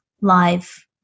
live